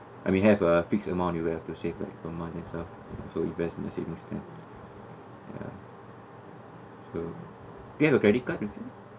I mean have a fixed amount you'll have to save like per month that stuff so invest in my saving plan ya so do you have a credit card with you